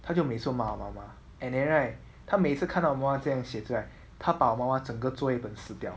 他就每次骂我妈妈 and then right 他每次看到我妈妈这样子写字 right 他把我妈妈整个作业本撕掉